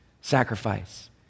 sacrifice